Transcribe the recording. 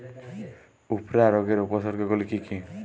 উফরা রোগের উপসর্গগুলি কি কি?